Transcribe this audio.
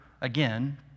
again